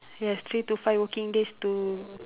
yes three to five working days to